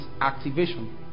activation